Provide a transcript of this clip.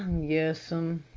yes'm,